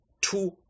two